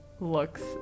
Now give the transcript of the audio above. looks